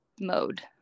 mode